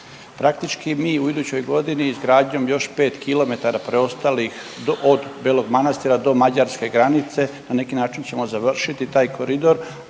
Praktički mi u idućoj godini izgradnjom još 5 km preostalih od Belog Manastira do mađarske granice na neki način ćemo završiti taj koridor,